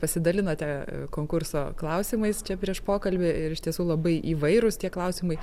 pasidalinote konkurso klausimais čia prieš pokalbį ir iš tiesų labai įvairūs tie klausimai